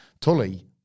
Tully